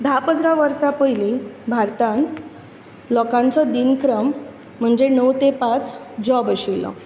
धा पंदरा वर्सां पयलीं भारतांत लोकांचो दिनक्रम म्हणजे णव ते पांच जॉब आशिल्लो